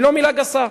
היא לא מלה גסה.